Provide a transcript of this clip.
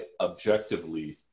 objectively